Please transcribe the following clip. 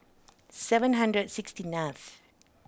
seven hundred sixty ninth